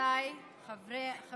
רבותיי חברי הכנסת,